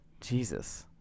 jesus